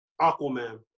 Aquaman